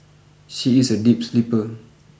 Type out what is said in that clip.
she is a deep sleeper